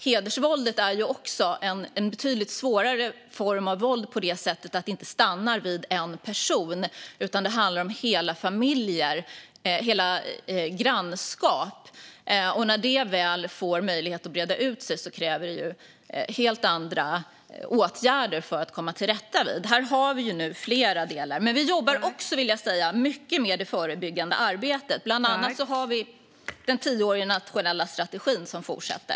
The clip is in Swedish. Hedersvåldet är också en betydligt svårare form av våld på det sättet att det inte stannar vid en person utan handlar om hela familjer och grannskap. När det väl får möjlighet att breda ut sig kräver det helt andra åtgärder för att komma till rätta med. Här har vi flera delar, men vi jobbar också, vill jag säga, med det förebyggande arbetet. Bland annat har vi den tioåriga nationella strategin som fortsätter.